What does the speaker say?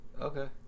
Okay